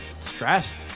stressed